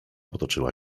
potoczyła